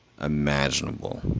imaginable